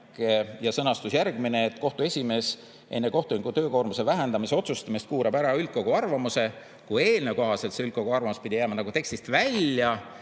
oli sõnastus selline, et kohtu esimees enne kohtuniku töökoormuse vähendamise otsustamist kuulab ära üldkogu arvamuse, siis eelnõu kohaselt pidi see üldkogu arvamus jääma tekstist välja.